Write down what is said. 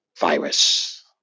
virus